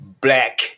Black